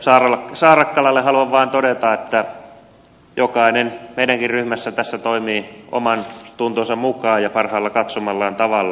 edustaja saarakkalalle haluan vain todeta että jokainen meidänkin ryhmässämme tässä toimii omantuntonsa mukaan ja parhaaksi katsomallaan tavalla